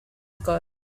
ago